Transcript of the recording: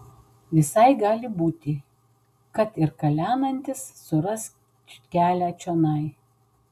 visai gali būti kad ir kalenantis suras kelią čionai